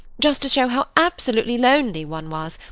just to show how absolutely lonely one was,